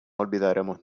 olvidaremos